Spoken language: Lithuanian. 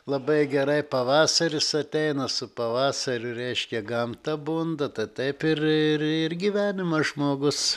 labai gerai pavasaris ateina su pavasariu reiškia gamta bunda taip ir ir gyvenimą žmogus